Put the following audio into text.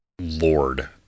Lord